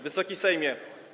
Wysoki Sejmie!